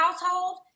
household